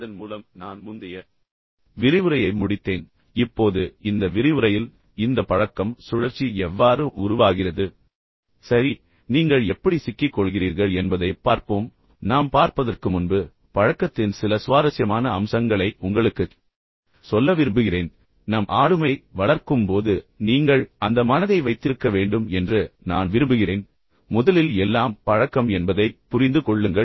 இதன் மூலம் நான் முந்தைய விரிவுரையை முடித்தேன் இப்போது இந்த விரிவுரையில் இந்த பழக்கம் சுழற்சி எவ்வாறு உருவாகிறது சரி நீங்கள் எப்படி சிக்கிக் கொள்கிறீர்கள் என்பதைப் பார்ப்போம் நாம் பார்ப்பதற்கு முன்பு பழக்கத்தின் சில சுவாரஸ்யமான அம்சங்களை உங்களுக்குச் சொல்ல விரும்புகிறேன் பின்னர் நம் ஆளுமையை வளர்க்கும் போது நீங்கள் அந்த மனதை வைத்திருக்க வேண்டும் என்று நான் விரும்புகிறேன் முதலில் எல்லாம் பழக்கம் என்பதை புரிந்து கொள்ளுங்கள்